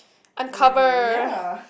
uncover